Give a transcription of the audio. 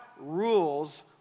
rules